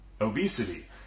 obesity